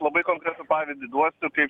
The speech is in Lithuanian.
labai konkretų pavyzdį duosiu kaip